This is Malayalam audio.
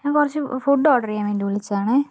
ഞാൻ കുറച്ച് ഫുഡ്ഡ് ഓർഡർ ചെയ്യാൻ വേണ്ടി വിളിച്ചതാണ്